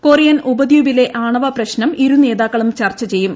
Korean ഉപദ്വീപിലെ ആണവ പ്രശ്നം ഇരുനേതാക്കളും ചർച്ച ചെയ്യും